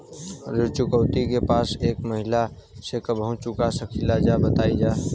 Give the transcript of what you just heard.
ऋण चुकौती के पैसा एक महिना मे कबहू चुका सकीला जा बताईन जा?